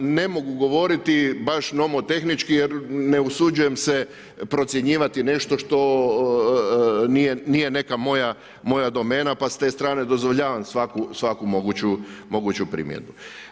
Ne mogu govoriti baš nomotehnički jer ne usuđujem se procjenjivati nešto što nije neka moja domena pa s te strane dozvoljavam svaku moguću primjedbu.